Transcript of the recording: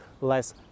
less